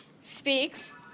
speaks